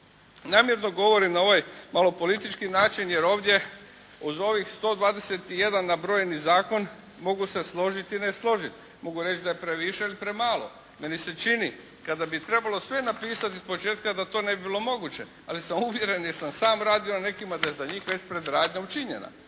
Namjerno govorim na ovaj malo politički način jer ovdje uz ovih 121 nabrojeni zakon mogu se složiti i ne složiti, mogu reći da je previše ili premalo. Meni se čini kada bi trebalo sve napisati iz početka da to ne bi bilo moguće ali sam uvjeren jer sam sam radio na nekima da je za njih već predradnja učinjena.